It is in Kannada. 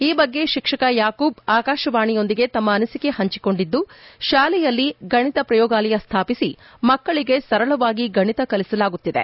ಈ ಬಗ್ಗೆ ಶಿಕ್ಷಕ ಯಾಕೂಬ್ ಆಕಾಶವಾಣಿಯೊಂದಿಗೆ ತಮ್ನ ಅನಿಸಿಕೆ ಪಂಚಿಕೊಂಡಿದ್ದು ತಾಲೆಯಲ್ಲಿ ಗಣಿತ ಪ್ರಯೋಗಾಲಯ ಸ್ವಾಪಿಸಿ ಮಕ್ಕಳಗೆ ಸರಳವಾಗಿ ಗಣಿತ ಕಲಿಸಲಾಗುತ್ತಿದೆ